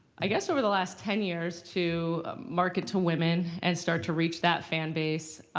i guess over the last ten years, to market to women and start to reach that fan base.